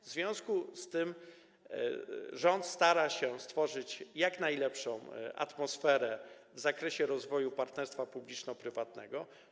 W związku z tym rząd stara się stworzyć jak najlepszą atmosferę w zakresie rozwoju partnerstwa publiczno-prywatnego.